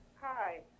Hi